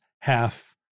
half